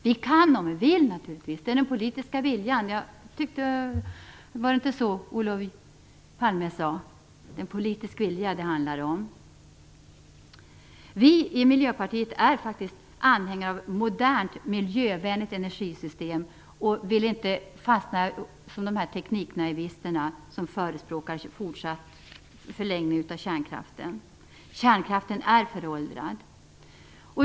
Vi kan naturligtvis om vi vill. Politik är att vilja. Var det inte så Olof Palme sade? Vi i Miljöpartiet är faktiskt anhängare av ett modernt, miljövänligt energisystem och vill inte fastna i kärnkraften i likhet med tekniknaivisterna som förespråkar förlängning av kärnkraften. Kärnkraften är föråldrad.